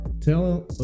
tell